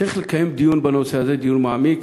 צריך לקיים דיון בנושא הזה, דיון מעמיק,